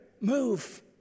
move